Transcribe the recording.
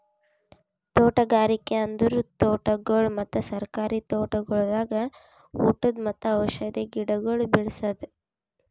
ತೋಟಗಾರಿಕೆ ಅಂದುರ್ ತೋಟಗೊಳ್ ಮತ್ತ ಸರ್ಕಾರಿ ತೋಟಗೊಳ್ದಾಗ್ ಉಟದ್ ಮತ್ತ ಔಷಧಿ ಗಿಡಗೊಳ್ ಬೇಳಸದ್